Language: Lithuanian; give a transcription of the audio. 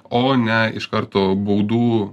o ne iš karto baudų